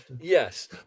yes